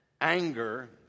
anger